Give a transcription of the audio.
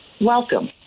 Welcome